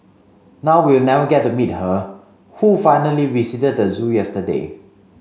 now we'll never get to meet her who finally visited the zoo yesterday